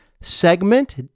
segment